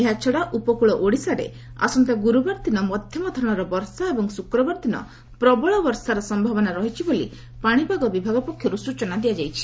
ଏହାଛଡ଼ା ଉପକୂଳ ଓଡ଼ିଶାରେ ଆସନ୍ତା ଗୁରୁବାର ଦିନ ମଧ୍ୟମଧରଣର ବର୍ଷା ଏବଂ ଶୁକ୍ରବାର ଦିନ ପ୍ରବଳ ବର୍ଷାର ସମ୍ଭାବନା ରହିଛି ବୋଲି ପାଣିପାଗ ବିଭାଗ ପକ୍ଷର୍ତ୍ତ୍ତ ସ୍ଟଚନା ଦିଆଯାଇଛି